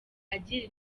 agira